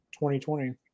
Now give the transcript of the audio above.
2020